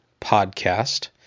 Podcast